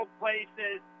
places